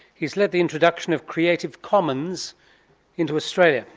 he's led the introduction of creative commons into australia.